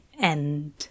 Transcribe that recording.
end